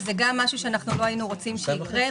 שזה גם דבר שלא היינו רוצים שיקרה,